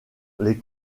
les